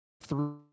Three